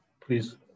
please